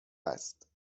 است